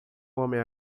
homem